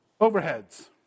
overheads